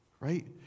right